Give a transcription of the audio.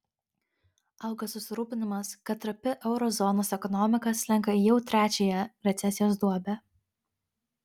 auga susirūpinimas kad trapi euro zonos ekonomika slenka į jau trečiąją recesijos duobę